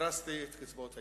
דרסטי את קצבאות הילדים.